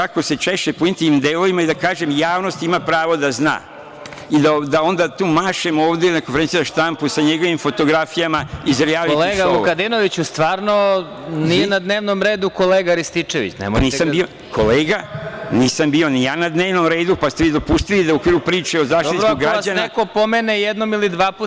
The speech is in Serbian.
kako se češe po intimnim delovima i da kažem - javnost ima pravo da zna i da onda tu mašem ovde na konferenciji za štampu sa njegovim fotografijama iz rijaliti šoua… (Predsedavajući: Kolega Vukadinoviću, stvarno, nije na dnevnom redu kolega Rističević.) Kolega, nisam bio ni ja na dnevnom redu pa ste vi dopustili da u okviru priče o Zaštitniku građana… (Predsedavajući: Dobro, ako vas neko pomene jednom ili dva puta.